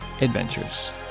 adventures